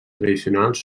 tradicionals